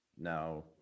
now